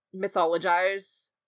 mythologize